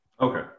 okay